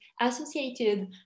associated